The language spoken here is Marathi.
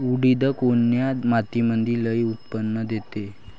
उडीद कोन्या मातीमंदी लई उत्पन्न देते?